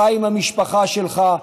חי עם המשפחה שלך,